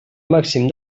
màxim